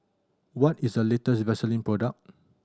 what is a latest Vaselin product